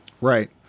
Right